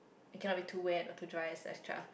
cannot be too wet or too dry etcetera